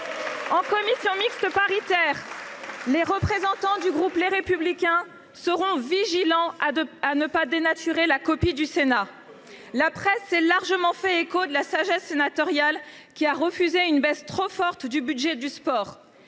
En commission mixte paritaire, les représentants du groupe Les Républicains veilleront à ce que la copie du Sénat ne soit pas dénaturée. La presse s’est largement fait l’écho de la sagesse sénatoriale, qui a refusé une baisse trop forte du budget du sport.